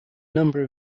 number